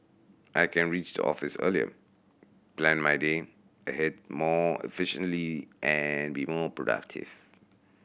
I can reach the office earlier plan my day ahead more efficiently and be more productive